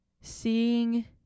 seeing